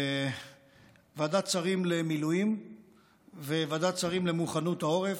ועדת שרים למילואים וועדת שרים למוכנות העורף.